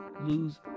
lose